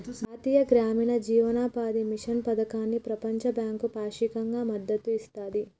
జాతీయ గ్రామీణ జీవనోపాధి మిషన్ పథకానికి ప్రపంచ బ్యాంకు పాక్షికంగా మద్దతు ఇస్తది